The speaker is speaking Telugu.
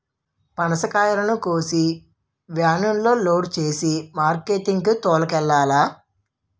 పనసకాయలను కోసి వేనులో లోడు సేసి మార్కెట్ కి తోలుకెల్లాల